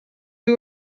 who